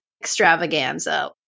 extravaganza